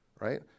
right